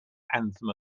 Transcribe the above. anthem